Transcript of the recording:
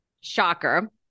Shocker